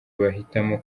bahitamo